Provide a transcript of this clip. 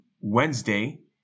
Wednesday